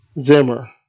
Zimmer